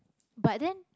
but then